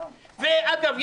אגב,